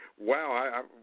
Wow